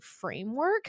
framework